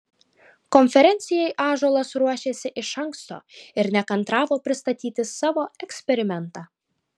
konferencijai ąžuolas ruošėsi iš anksto ir nekantravo pristatyti savo eksperimentą